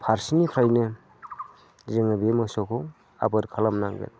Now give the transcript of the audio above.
फारसेनिफ्रायनो जों बेबायदि मोसौखौ आबाद खालामनांगोन